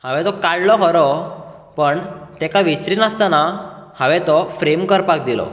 हांवें तो काडलो खरो पण तेका विचरी नासतना हांवें तो फ्रेम करपाक दिलो